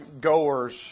goers